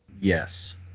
Yes